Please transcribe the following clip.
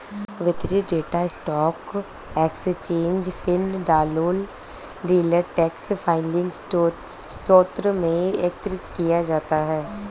वितरित data stock exchange feed, दलालों, dealer desk filing स्रोतों से एकत्र किया जाता है